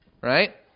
Right